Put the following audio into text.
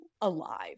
alive